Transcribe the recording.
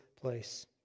place